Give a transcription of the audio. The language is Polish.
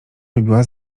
lubiła